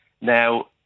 Now